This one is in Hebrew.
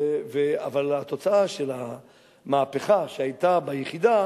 אבל התוצאה של המהפכה שהיתה ביחידה